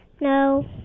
No